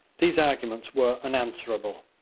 these arguments were unanswerable.